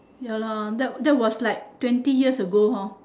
ya lor that that was like twenty years ago hor